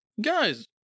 Guys